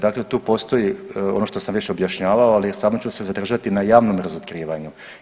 Dakle, tu postoji ono što sam već objašnjavao, ali samo ću se zadržati na javnom razotkrivanju.